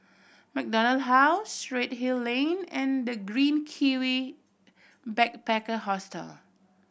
MacDonald House Redhill Lane and The Green Kiwi Backpacker Hostel